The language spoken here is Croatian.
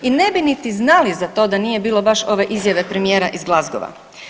I ne bi niti znali za to da nije bilo baš ove izjave premijera iz Glasgowa.